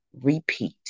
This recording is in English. repeat